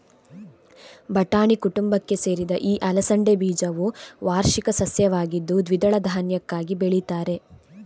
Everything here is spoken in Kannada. ಬಟಾಣಿ ಕುಟುಂಬಕ್ಕೆ ಸೇರಿದ ಈ ಅಲಸಂಡೆ ಬೀಜವು ವಾರ್ಷಿಕ ಸಸ್ಯವಾಗಿದ್ದು ದ್ವಿದಳ ಧಾನ್ಯಕ್ಕಾಗಿ ಬೆಳೀತಾರೆ